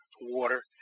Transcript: water